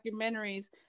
documentaries